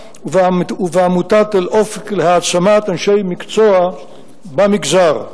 ובעמותת "אלאופק" להעצמת אנשי מקצוע במגזר,